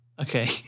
Okay